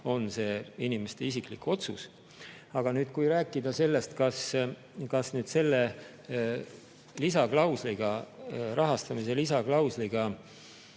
on see inimeste isiklik otsus. Aga nüüd, kui rääkida sellest, kas selle lisaklausliga, rahastamise lisaklausliga